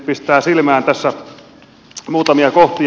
pistää silmään tässä muutamia kohtia